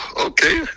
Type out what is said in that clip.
okay